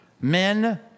men